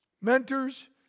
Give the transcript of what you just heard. Mentors